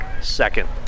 second